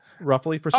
roughly